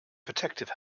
protective